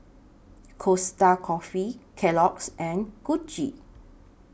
Costa Coffee Kellogg's and Gucci